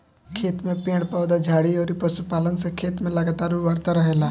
खेत में पेड़ पौधा, झाड़ी अउरी पशुपालन से खेत में लगातार उर्वरता रहेला